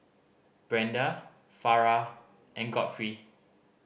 Brenda Farrah and Godfrey